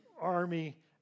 army